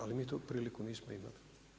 Ali mi tu priliku nismo imali.